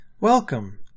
Welcome